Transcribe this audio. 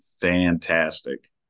fantastic